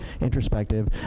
introspective